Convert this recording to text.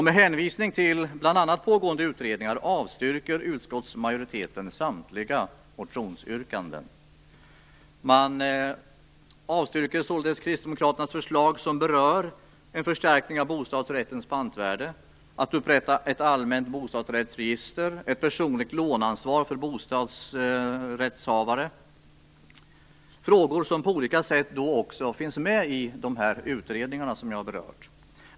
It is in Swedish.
Med hänvisning till bl.a. pågående utredningar avstyrker utskottsmajoriteten samtliga motionsyrkanden. Således avstyrks Kristdemokraternas förslag som gäller förstärkning av bostadsrättens pantvärde, upprättande av ett allmänt bostadsregister och personligt låneansvar för bostadsrättshavare - frågor som på olika sätt finns med i de utredningar som jag berört.